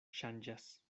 ŝanĝas